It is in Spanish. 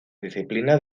disciplina